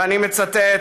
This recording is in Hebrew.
ואני מצטט,